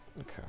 Okay